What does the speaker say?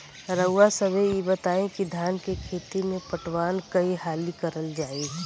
रउवा सभे इ बताईं की धान के खेती में पटवान कई हाली करल जाई?